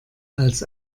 als